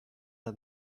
how